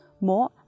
More